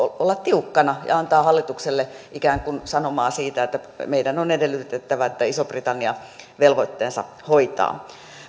olla tiukkana ja antaa hallitukselle ikään kuin sanomaa siitä että meidän on edellytettävä että iso britannia velvoitteensa hoitaa